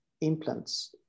implants